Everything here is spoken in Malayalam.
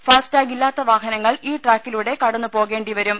ഫാസ്ടാഗില്ലാത്ത വാഹനങ്ങൾ ഈ ട്രാക്കിലൂടെ കടന്നു പോകേണ്ടി വരും